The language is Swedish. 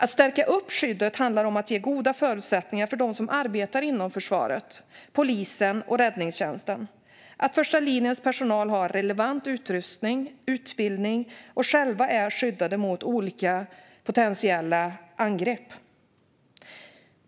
Att stärka skyddet handlar om att ge goda förutsättningar för dem som arbetar inom försvaret, polisen och räddningstjänsten, så att första linjens personal har relevant utrustning och utbildning och själva är skyddade mot olika potentiella angrepp.